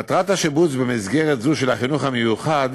מטרת השיבוץ במסגרת של החינוך המיוחד